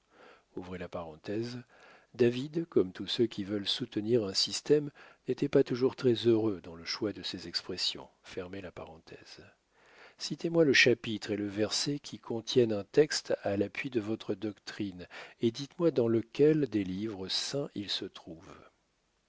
david comme tous ceux qui veulent soutenir un système n'était pas toujours très heureux dans le choix de ses expressions citez moi le chapitre et le verset qui contiennent un texte à l'appui de votre doctrine et dites-moi dans lequel des livres saints il se trouve